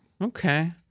Okay